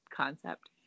concept